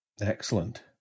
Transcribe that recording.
excellent